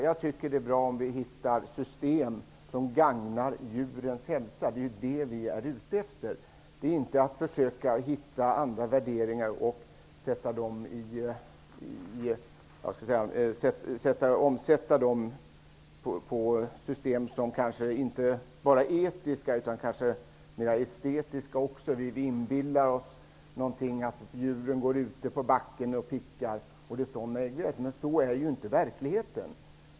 Jag tycker att det är bra om vi får fram system som gagnar djurens hälsa. Det är det vi är ute efter. Det är inte fråga om att omsätta andra värderingar på system som är mer estetiska. Vi inbillar oss att djuren går ute på backen och pickar. Men så är inte verkligheten.